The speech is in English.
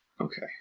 Okay